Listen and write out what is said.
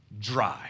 dry